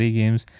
games